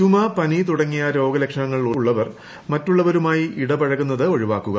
ചുമ പനി തുടങ്ങിയ രോഗലക്ഷണങ്ങൾ ഉള്ളവർ മറ്റുള്ളവരുമായി ഇടപഴകുന്നത് ഒഴിവാക്കുക